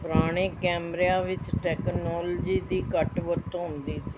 ਪੁਰਾਣੇ ਕੈਮਰਿਆਂ ਵਿੱਚ ਟੈਕਨੋਲਜੀ ਦੀ ਘੱਟ ਵਰਤੋਂ ਹੁੰਦੀ ਸੀ